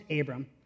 Abram